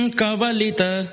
kavalita